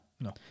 No